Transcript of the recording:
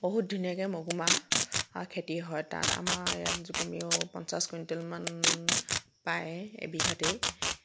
বহুত ধুনীয়াকৈ মগুমাহ আ খেতি হয় তাত আমাৰ ইয়াত কমেও পঞ্চাছ কুইণ্টল মান পায় এবিঘাতেই